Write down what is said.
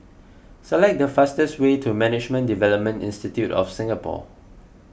select the fastest way to Management Development Institute of Singapore